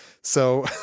So-